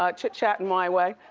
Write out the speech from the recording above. ah chit chat and my way.